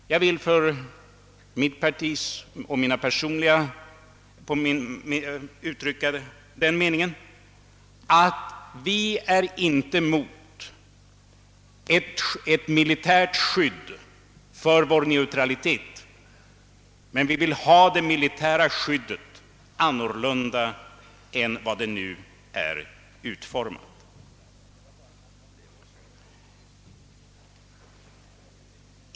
Jag vill för mitt partis vidkommande och för min egen del uttrycka den meningen att vi inte är emot ett militärt skydd för vår neutralitet, men vi vill ha ett militärt skydd annorlunda än det nu är utformat.